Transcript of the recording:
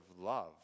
love